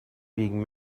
being